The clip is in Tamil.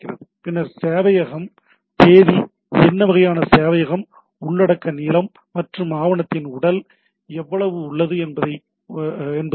பின்னர் சேவையகம் தேதி என்ன வகையான சேவையகம் உள்ளடக்க நீளம் மற்றும் ஆவணத்தின் உடல் எவ்வளவு உள்ளது என்பது உள்ளது